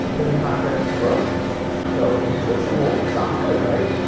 then the contract is closed so in principle, sounds good, right?